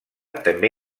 també